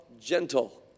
gentle